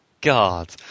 god